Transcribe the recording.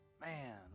Man